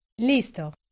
Listo